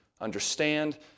understand